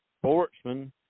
sportsman